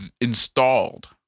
installed